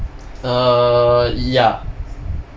err ya